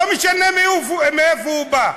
לא משנה מאיפה הוא בא.